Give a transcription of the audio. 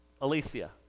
Alicia